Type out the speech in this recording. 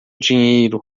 dinheiro